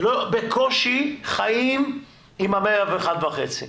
בקושי חיים עם ה-101.5%.